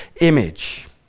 image